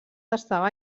estava